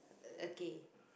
okay